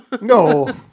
No